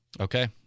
Okay